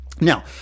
Now